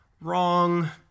Wrong